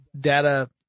data